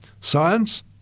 science